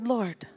Lord